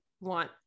want